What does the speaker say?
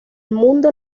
mundo